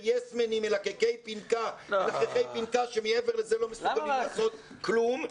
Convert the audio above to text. יס-מנים מלחכי פנכה שמעבר לזה לא מסוגלים לעשות כלום.